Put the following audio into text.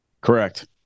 Correct